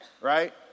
right